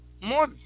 more